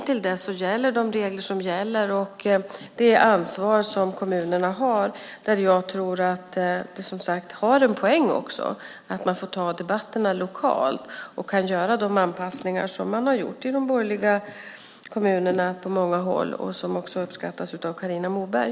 Till dess gäller de regler som finns och det ansvar kommunerna har, där jag som sagt tror att det har en poäng att man får ta debatterna lokalt och kan göra de anpassningar som man har gjort i de borgerliga kommunerna på många håll och som också uppskattas av Carina Moberg.